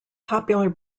popular